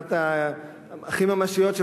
אחת הכי ממשיות,